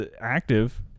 active